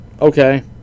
Okay